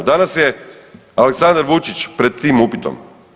Danas je Aleksandar Vučić pred tim upitom.